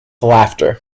laughter